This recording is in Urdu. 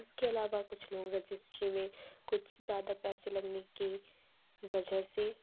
اِس کے علاوہ کچھ لوگوں کو رجسٹری میں کچھ زیادہ پیسے لگنے کی وجہ سے